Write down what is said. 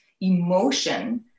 emotion